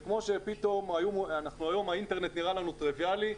היום האינטרנט נראה לנו טריביאלי,